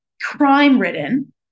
crime-ridden